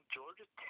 Georgia